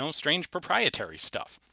um strange proprietary stuff?